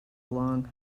along